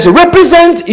represent